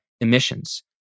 emissions